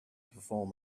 perform